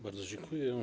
Bardzo dziękuję.